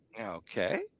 Okay